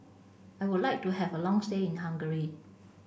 I would like to have a long stay in Hungary